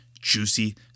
juicy